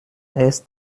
erst